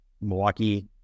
Milwaukee